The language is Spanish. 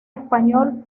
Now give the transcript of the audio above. español